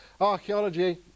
Archaeology